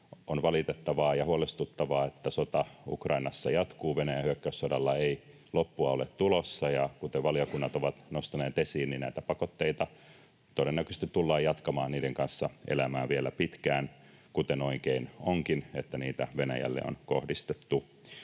on valitettavaa ja huolestuttavaa, että sota Ukrainassa jatkuu, Venäjän hyökkäyssodalle ei loppua ole tulossa, ja kuten valiokunnat ovat nostaneet esiin, näitä pakotteita todennäköisesti tullaan jatkamaan ja niiden kanssa elämään vielä pitkään — kuten oikein onkin, että niitä Venäjälle on kohdistettu.